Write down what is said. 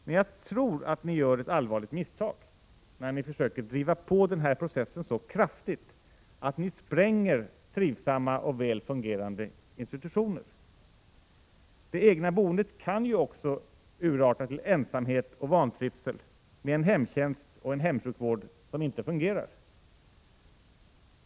Men jag tror att ni gör ett allvarligt misstag, när ni försöker driva på denna process så kraftigt att ni spränger trivsamma och väl fungerande institutioner. Det egna boendet kan ju också urarta till ensamhet och vantrivsel med en hemtjänst och hemsjukvård som inte fungerar.